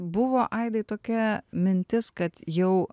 buvo aidai tokia mintis kad jau